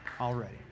Already